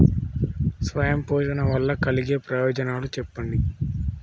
స్వయం పోషణ వల్ల కలిగే ప్రయోజనాలు చెప్పండి?